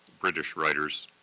british writers.